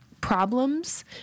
problems